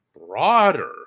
broader